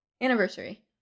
anniversary